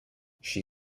she